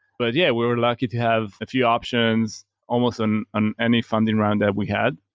but, yeah, we're we're lucky to have a few options almost on and any funding round that we had.